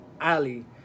Ali